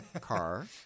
car